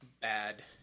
bad